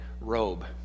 robe